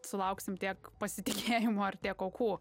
sulauksim tiek pasitikėjimo ir tiek aukų